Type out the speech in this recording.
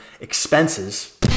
expenses